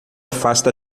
afasta